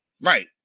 right